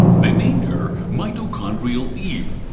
they named her mitochondrial eve.